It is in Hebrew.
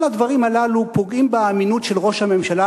כל הדברים הללו פוגעים באמינות של ראש הממשלה,